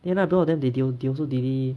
end up both of them they also dilly-dally